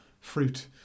fruit